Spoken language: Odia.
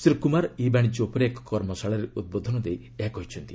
ଶ୍ରୀ କୁମାର ଇ ବାଶିଜ୍ୟ ଉପରେ ଏକ କର୍ମଶାଳାରେ ଉଦ୍ବୋଧନ ଦେଇ ଏହା କହିଛନ୍ତି